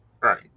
Right